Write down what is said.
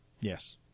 Yes